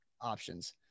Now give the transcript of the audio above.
options